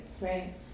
right